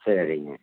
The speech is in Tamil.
சரிங்க